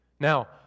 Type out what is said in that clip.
Now